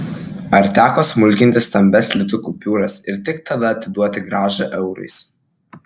ar teko smulkinti stambias litų kupiūras ir tik tada atiduoti grąžą eurais